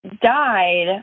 died